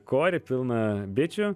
korį pilną bičių